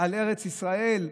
על ארץ ישראל,